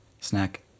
Snack